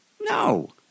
No